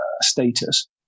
status